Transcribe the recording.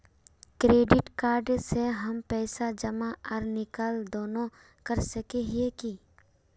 Credit card से हम पैसा जमा आर निकाल दोनों कर सके हिये की?